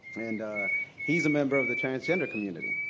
and ah he's a member of the transgender community.